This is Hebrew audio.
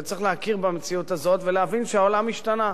וצריך להכיר במציאות הזאת, ולהבין שהעולם השתנה.